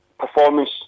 Performance